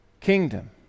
kingdom